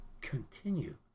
continue